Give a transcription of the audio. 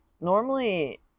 normally